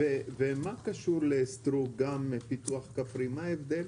ומה קשור לסטרוק, גם פיתוח כפרי, מה ההבדל?